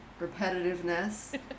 repetitiveness